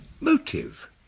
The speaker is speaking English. Motive